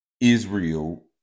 Israel